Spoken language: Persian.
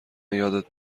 یادت